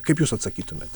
kaip jūs atsakytumėt